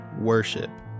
worship